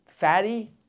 fatty